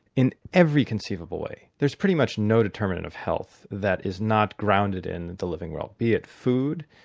in every conceivable way. there's pretty much no determinate of health that is not grounded in the living world, be it food,